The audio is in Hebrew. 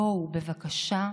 בואו, בבקשה,